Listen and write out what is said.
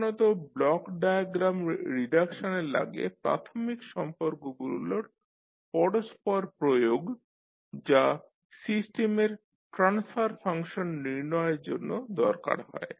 সাধারনতঃ block diagram রিডাকশনে লাগে প্রাথমিক সম্পর্কগুলোর পরস্পর প্রয়োগ যা সিস্টেম ট্রান্সফার ফাংশন নির্ণয়ের জন্য দরকার হয়